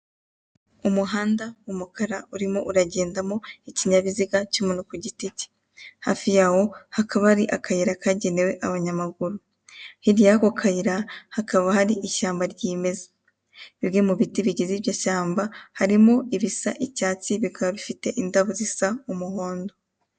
Umuhanda w'umukara urimo uragendamo ikinyabiziga cy'umuntu ku giti cye. Hafi yaho hakaba hari akayira kagenewe abanyamaguru.. Hirya y'ako kayira hakaba hari ishyamba ryimeza. Bimwe mu biti bigize iryo shyamba harimo ibisa icyatsi bikaba bifite indabo zisa umuhondo.